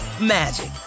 magic